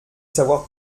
savoir